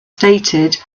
stated